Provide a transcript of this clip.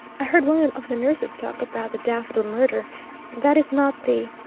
i heard one of the nurses talk about the daffodil murder that is not the